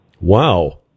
Wow